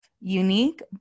unique